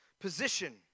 position